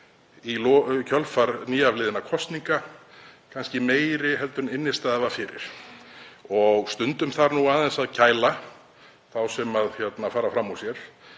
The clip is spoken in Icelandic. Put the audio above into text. í kjölfar nýliðinna kosninga, kannski meiri en innstæða var fyrir. Stundum þarf nú aðeins að kæla þá sem fara fram úr sér